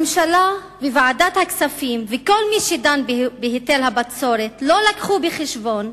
הממשלה וועדת הכספים וכל מי שדן בהיטל הבצורת לא לקחו בחשבון